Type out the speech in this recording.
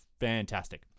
fantastic